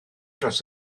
dros